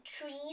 trees